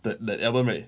that that album right